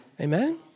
Amen